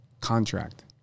contract